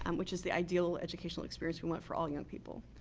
um which is the ideal educational experience we want for all young people.